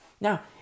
Now